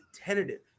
tentative